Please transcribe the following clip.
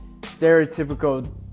stereotypical